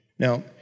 Now